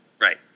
Right